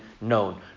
known